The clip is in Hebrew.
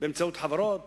באמצעות חברות